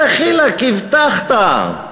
דחילק, הבטחת.